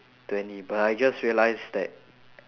twenty but I just realised that